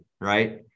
right